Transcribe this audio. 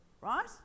right